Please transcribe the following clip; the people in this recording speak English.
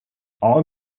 all